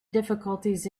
difficulties